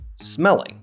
smelling